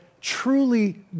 truly